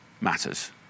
matters